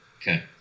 Okay